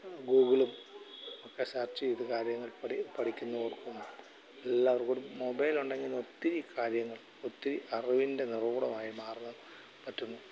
ഗൂഗിളും ഒക്കെ സെർച്ച് ചെയ്ത് കാര്യങ്ങൾ പടി പഠിക്കുന്നതോടൊപ്പം എല്ലാവർക്കും ഒരു മൊബൈൾ ഉണ്ടെങ്കിൽ ഒത്തിരി കാര്യങ്ങൾ ഒത്തിരി അറിവിൻ്റെ നിറകുടമായി മാറുവാൻ പറ്റുന്നു